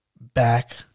Back